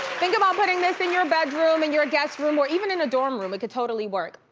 think about putting this in your bedroom, in your guest room, or even in a dorm room, it could totally work.